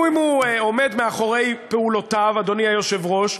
אם הוא עומד מאחורי פעולותיו, אדוני היושב-ראש,